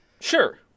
Sure